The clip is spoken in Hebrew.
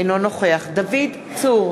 אינו נוכח דוד צור,